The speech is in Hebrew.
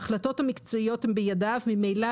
החלטות המקצועיות הן בידיו וממילא